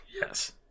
Yes